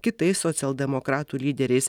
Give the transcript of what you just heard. kitais socialdemokratų lyderiais